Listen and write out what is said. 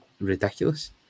ridiculous